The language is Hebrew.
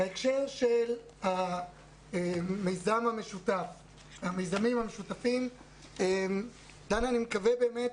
באשר למיזמים המשותפים, דנה, אני מקווה באמת